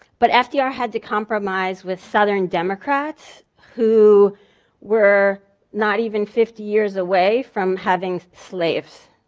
but fdr had to compromise with southern democrats who were not even fifty years away from having slaves.